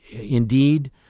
indeed